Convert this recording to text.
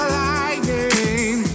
lightning